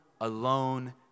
alone